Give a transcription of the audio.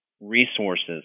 resources